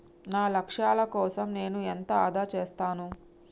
నా లక్ష్యాల కోసం నేను ఎంత ఆదా చేస్తాను?